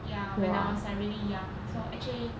ya when I was like really young so actually